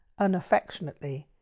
unaffectionately